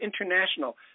International